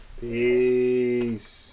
Peace